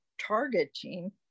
targeting